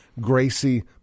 Gracie